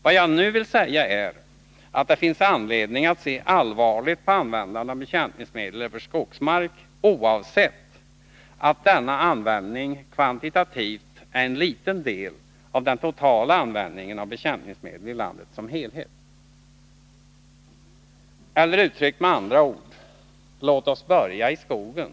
Vad jag nu vill säga är att det finns anledning att se allvarligt på användande av bekämpningsmedel över Lag om spridning skogsmark, oavsett att denna användning kvantitativt är en liten del av den av bekämpningstotala användningen av bekämpningsmedel i landet som helhet. Eller medel över skogsuttryckt med andra ord: Låt oss börja i skogen!